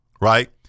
right